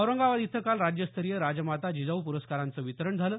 औरंगाबाद इथं काल राज्यस्तरीय राजमाता जिजाऊ पुरस्कारांचं वितरण झालं